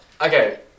okay